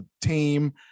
team